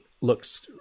looks